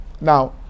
Now